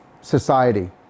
society